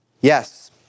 Yes